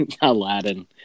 Aladdin